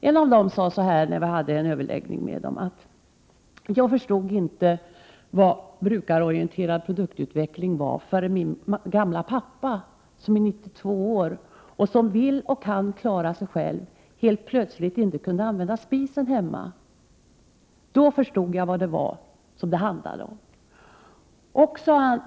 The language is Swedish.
En av dem sade så här när vi hade en överläggning med dem: Jag förstod inte vad brukarorienterad produktutveckling var förrän min gamla pappa, som är 92 år och som vill och kan klara sig själv, helt plötsligt inte kunde använda spisen hemma. Då förstod jag vad det handlade om, sade han.